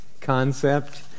concept